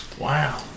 Wow